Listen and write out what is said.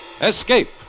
Escape